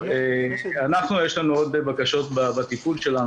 יש לנו עוד בקשות בטיפול שלנו,